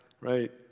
right